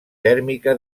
tèrmica